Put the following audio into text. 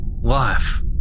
Life